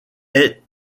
est